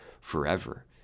forever